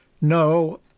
No